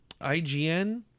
IGN